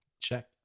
Check